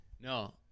No